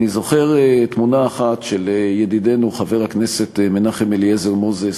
אני זוכר תמונה אחת של ידידנו חבר הכנסת מנחם אליעזר מוזס,